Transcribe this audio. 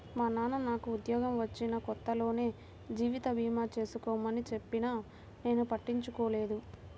మా నాన్న నాకు ఉద్యోగం వచ్చిన కొత్తలోనే జీవిత భీమా చేసుకోమని చెప్పినా నేను పట్టించుకోలేదు